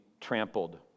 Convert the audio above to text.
trampled